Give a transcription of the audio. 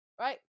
Right